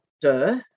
duh